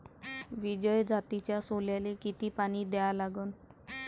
विजय जातीच्या सोल्याले किती पानी द्या लागन?